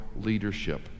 leadership